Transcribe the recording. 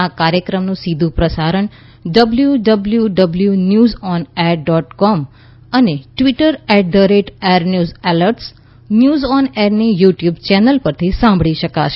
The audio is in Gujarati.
આ કાર્યક્રમનું સીધું પ્રસારણ W W news on air dot com Twitter at the rate air news alerts news on એરની યુટ્યુબ ચેનલ પરથી સાંભળી શકાશે